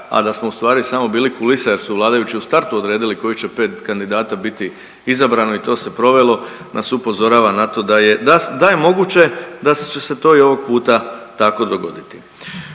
a da smo ustvari bili samo kulise jer su vladajući u startu odredili koji će pet kandidata biti izabrano i to se provelo nas upozorava na to da je da je moguće da će se i ovog puta tako dogoditi.